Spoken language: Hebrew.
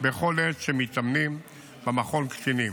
בכל עת שמתאמנים במכון קטינים.